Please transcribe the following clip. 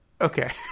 Okay